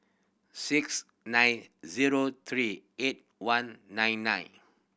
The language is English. six nine zero three eight one nine nine